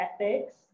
ethics